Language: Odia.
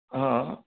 ହଁ